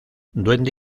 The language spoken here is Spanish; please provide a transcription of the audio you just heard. duende